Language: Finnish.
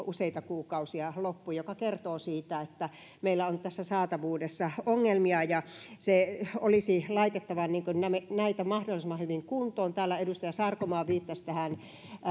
useita kuukausia loppu mikä kertoo siitä että meillä on nyt tässä saatavuudessa ongelmia ja olisi laitettava näitä mahdollisimman hyvin kuntoon täällä edustaja sarkomaa viittasi tähän